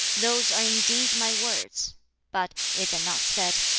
those are indeed my words but is it not said,